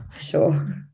Sure